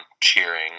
cheering